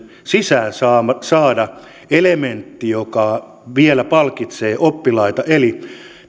sisään saada saada elementti joka vielä palkitsee oppilaita eli